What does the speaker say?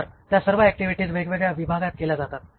तर त्या सर्व ऍक्टिव्हिटीज वेगवेगळ्या विभागांत केल्या जातात